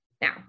Now